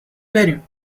بریم